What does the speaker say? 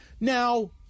Now—